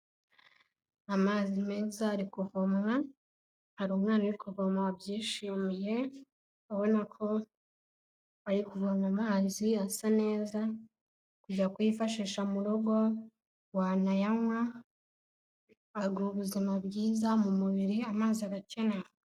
Amazi meza ari kuvomwa, hari umwana uri kuvoma wabyishimiye, abona ko ari kuvoma amazi asa neza kujya kuyifashisha mu rugo wanayanywa, aguha ubuzima bwiza mu mubiri amazi arakenera.